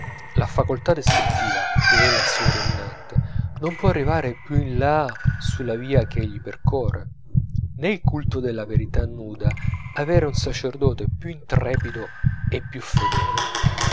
la facoltà descrittiva che è la sua dominante non può arrivare più in là sulla via che egli percorre nè il culto della verità nuda avere un sacerdote più intrepido e più fedele